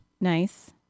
nice